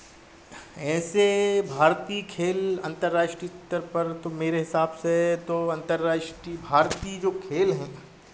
ऐसे भारतीय खेल अंतर्राष्ट्रीय स्तर पर तो मेरे हिसाब से तो अंतर्राष्ट्रीय भारतीय जो खेल हैं